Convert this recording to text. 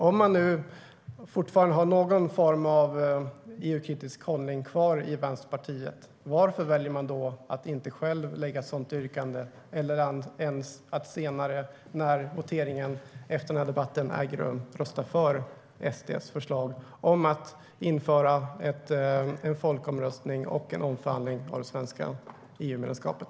Om man nu fortfarande har någon EU-kritisk hållning kvar i Vänsterpartiet, varför väljer man då inte att själv lägga ett sådant yrkande eller ens, när voteringen efter den här debatten äger rum, rösta för SD:s förslag om att genomföra en folkomröstning och en omförhandling av det svenska EU-medlemskapet?